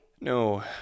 No